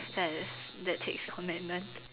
that is that takes commitment